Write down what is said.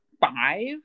five